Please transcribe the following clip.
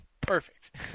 perfect